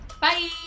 Bye